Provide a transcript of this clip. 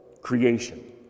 Creation